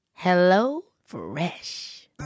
HelloFresh